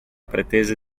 pretese